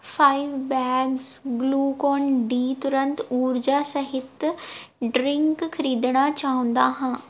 five bags Glucon D ਤੁਰੰਤ ਊਰਜਾ ਸਹਿਤ ਡਰਿੰਕ ਖਰੀਦਣਾ ਚਾਹੁੰਦਾ ਹਾਂ